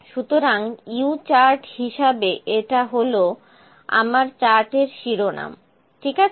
সুতরাং U chart হিসাবে এটা হল আমার চার্টের শিরোনাম ঠিক আছে